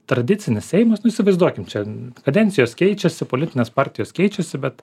tradicinis seimas nu įsivaizduokim čia kadencijos keičiasi politinės partijos keičiasi bet